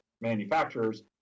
manufacturers